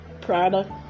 product